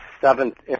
seventh